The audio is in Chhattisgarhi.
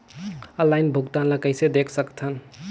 ऑनलाइन भुगतान ल कइसे देख सकथन?